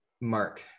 Mark